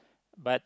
but